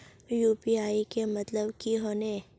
UPI के मतलब की होने?